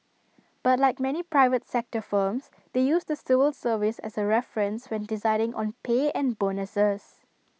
but like many private sector firms they use the civil service as A reference when deciding on pay and bonuses